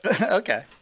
okay